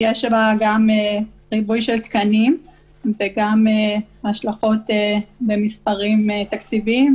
יש שם גם ריבוי של תקנים וגם השלכות במספרים תקציביים,